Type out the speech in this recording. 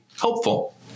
helpful